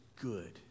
good